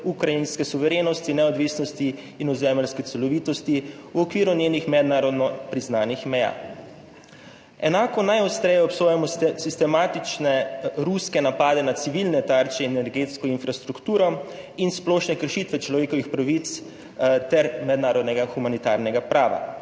ukrajinske suverenosti, neodvisnosti in ozemeljske celovitosti v okviru njenih mednarodno priznanih meja. Enako najostreje obsojamo sistematične ruske napade na civilne tarče in energetsko infrastrukturo in splošne kršitve človekovih pravic ter mednarodnega humanitarnega prava.